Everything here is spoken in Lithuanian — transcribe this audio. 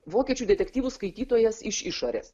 vokiečių detektyvų skaitytojas iš išorės